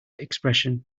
expression